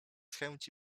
chęci